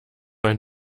ein